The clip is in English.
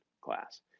class